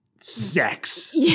Sex